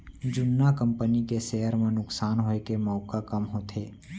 जुन्ना कंपनी के सेयर म नुकसान होए के मउका कम होथे